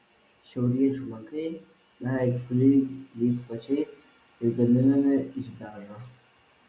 šiauriečių lankai beveik sulig jais pačiais ir gaminami iš beržo